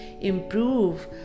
improve